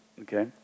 okay